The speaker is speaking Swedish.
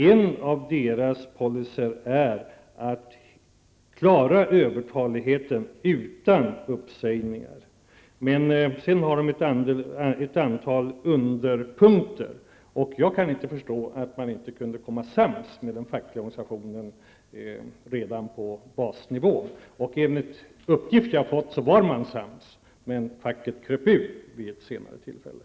En policy är att klara övertaligheten utan uppsägningar. Men det finns även ett antal underpunkter. Jag kan inte förstå att företaget inte kunde bli sams med den fackliga organisationen redan på basnivå. Enligt uppgifter som jag har fått var man sams, men facket kröp ur vid ett senare tillfälle.